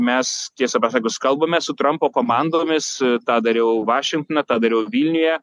mes tiesą pasakius kalbame su trampo komandomis tą dariau vašingtone tą dariau vilniuje